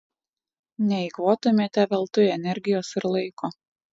neeikvotumėte veltui energijos ir laiko